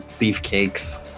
beefcakes